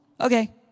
Okay